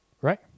Right